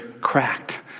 cracked